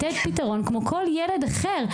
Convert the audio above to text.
לתת פתרון כמו כל ילד אחר.